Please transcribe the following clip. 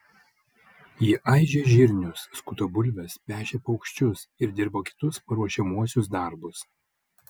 jie aižė žirnius skuto bulves pešė paukščius ir dirbo kitus paruošiamuosius darbus